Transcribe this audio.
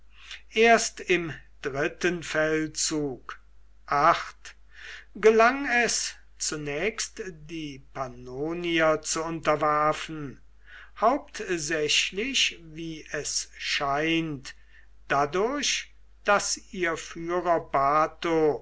erst im dritten feldzug gelang es zunächst die pannonier zu unterwerfen hauptsächlich wie es scheint dadurch daß ihr führer